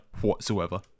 whatsoever